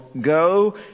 go